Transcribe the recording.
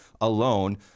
alone